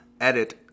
edit